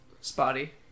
spotty